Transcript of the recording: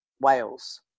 Wales